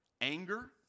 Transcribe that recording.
Anger